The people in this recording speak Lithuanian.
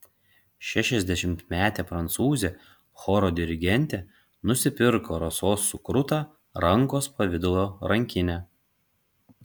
šešiasdešimtmetė prancūzė choro dirigentė nusipirko rasos sukrutą rankos pavidalo rankinę